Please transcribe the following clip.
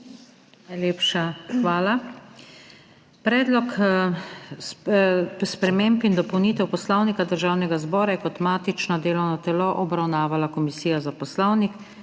Najlepša hvala. Predlog sprememb in dopolnitev Poslovnika Državnega zbora je kot matično delovno telo obravnavala Komisija za poslovnik.